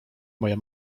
moja